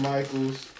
Michaels